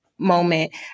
moment